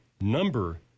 number